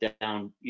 down